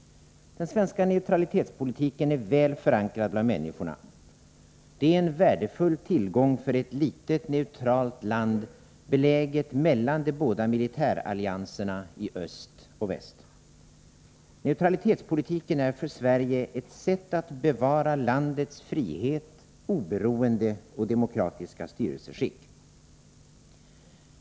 Den svenska neutralitetspolitiken är väl förankrad bland människorna. Detta är en värdefull tillgång för ett litet neutralt land, beläget mellan de båda militärallianserna i öst och väst. Att upprätthålla neutralitetspolitiken är för Sverige ett sätt att bevara landets frihet, oberoende och demokratiska styrelseskick.